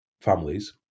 families